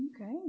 Okay